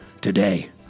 today